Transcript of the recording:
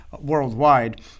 worldwide